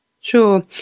Sure